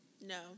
no